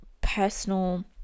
personal